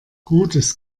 gutes